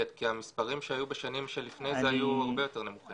המספרים שהיו בשנים לפני כן היו הרבה יותר נמוכים.